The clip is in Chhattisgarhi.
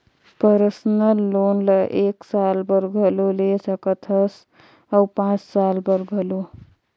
परसनल लोन ल एक साल बर घलो ले सकत हस अउ पाँच साल बर घलो